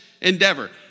endeavor